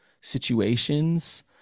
situations